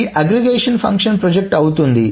ఈ aggregation function project అవుతోంది